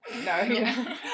No